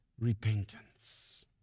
repentance